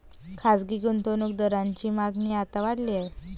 खासगी गुंतवणूक दारांची मागणी आता वाढली आहे